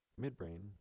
midbrain